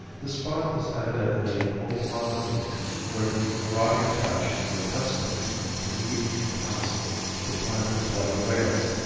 the spot was evidently an old rendezvous where the marauding apaches were accustomed to meet in council to plan their bloody raids,